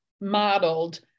modeled